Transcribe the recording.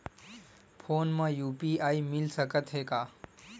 Phone मा UPI मिल सकत हे का?